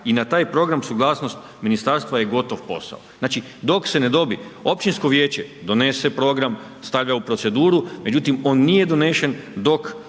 i na taj program suglasnost ministarstva je gotov posao. Znači dok se ne dobije, općinsko vijeće donese program, stavlja u proceduru međutim on nije donesen dok